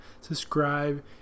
subscribe